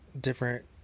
different